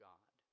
God